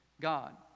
God